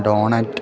donut